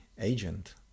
agent